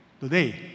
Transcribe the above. Today